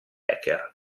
hacker